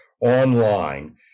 online